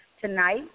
Tonight